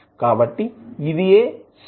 కాబట్టి ఇదియే స్విచ్